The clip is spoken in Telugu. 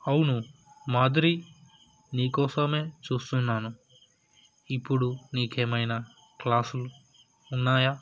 అవును మాద్రి నీకోసమే చూస్తున్నాను ఇప్పుడు నీకేమైనా క్లాస్లు ఉన్నాయా